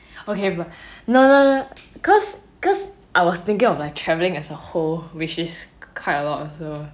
okay but no no no no no cause cause I was thinking of like travelling as a whole which is quite a lot also